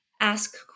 ask